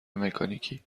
مکانیکی